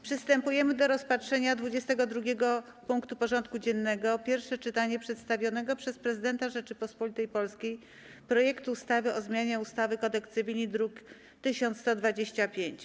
Przystępujemy do rozpatrzenia punktu 22. porządku dziennego: Pierwsze czytanie przedstawionego przez Prezydenta Rzeczypospolitej Polskiej projektu ustawy o zmianie ustawy - Kodeks cywilny (druk nr 1125)